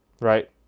right